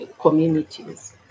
communities